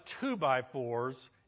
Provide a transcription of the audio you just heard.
two-by-fours